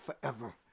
forever